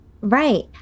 Right